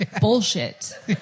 Bullshit